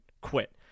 quit